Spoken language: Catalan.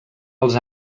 els